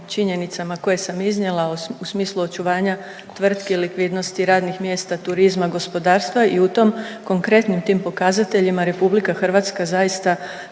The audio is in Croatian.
koje sam iznijela u smislu očuvanja tvrtki i likvidnosti radnih mjesta, turizma, gospodarstva i u tom, konkretnim tim pokazateljima RH zaista